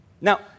Now